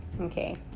okay